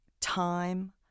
time